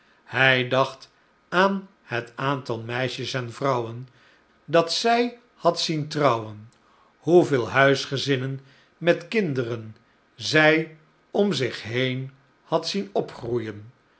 hij dacht aan het aantal meisjes en vrouwen dat zij had zien trouwen hoeveel huisgezinnen met kinderen zij om zich heen had zien opgroeien